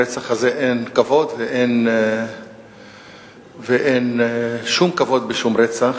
ברצח הזה אין כבוד, ואין שום כבוד בשום רצח.